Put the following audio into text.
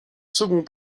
second